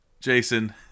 Jason